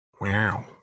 wow